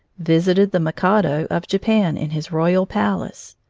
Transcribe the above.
visited the mikado of japan in his royal palace,